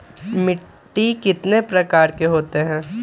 मिट्टी कितने प्रकार के होते हैं?